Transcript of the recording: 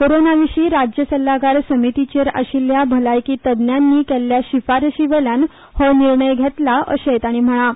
कोरोनाविशी राज्य सल्लागार समितीचेर आशिल्ल्या भलायकी तज्ज्ञांनी केल्ल्या शिफारसीवेल्यान हो निर्णय घेतला अशे ताणी म्हळा